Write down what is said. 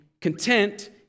content